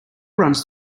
runs